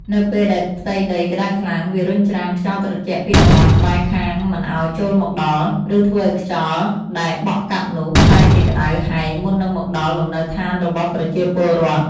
នៅពេលដែលផ្ទៃដីក្ដៅខ្លាំង វារុញច្រានខ្យល់ត្រជាក់ពីតំបន់ក្បែរខាងមិនឱ្យចូលមកដល់ ឬធ្វើឱ្យខ្យល់ដែលបក់កាត់នោះប្រែជាក្ដៅហែងមុននឹងមកដល់លំនៅឋានរបស់ប្រជាពលរដ្ឋ។